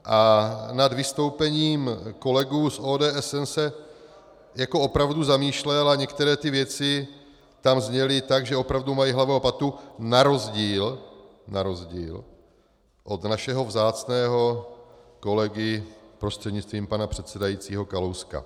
A nad vystoupením kolegů z ODS jsem se jako opravdu zamýšlel a některé věci zněly tak, že opravdu mají hlavu a patu na rozdíl, na rozdíl od našeho vzácného kolegy prostřednictvím pana předsedajícího Kalouska.